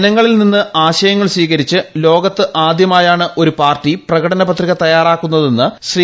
ജനങ്ങളിൽ നിന്ന് ആശയങ്ങൾ സ്വീകരിച്ച് ലോകത്ത് ആദ്യമായാണ് ഒരു പാർട്ടി പ്രകടന പത്രിക തയ്യാറാക്കുന്നതെന്ന് ശ്രീ